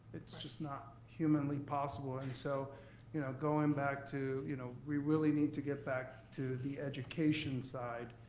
it's just not humanly possible. and so you know going back to, you know we really need to get back to the education side.